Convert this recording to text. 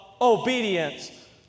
obedience